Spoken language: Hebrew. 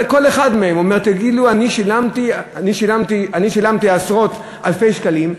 כל אחד מהם אומר: אני שילמתי עשרות-אלפי שקלים,